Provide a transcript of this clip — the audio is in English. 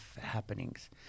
happenings